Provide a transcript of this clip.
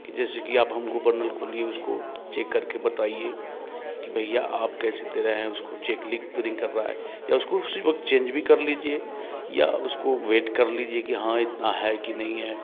कि जैसे कि आप हमको बर्नल खोलिए उसको चेक करके बताइए कि भइया आप कैसे दे रहे हैं उसको चेक लीक तो नहीं कर रहा है या उसको उसी वक्त चेंज भी कर लीजिए या उसको वेट कर लीजिए कि हाँ इतना है कि नहीं है